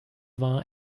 war